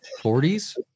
forties